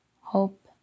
hope